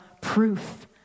proof